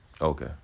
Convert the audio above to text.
Okay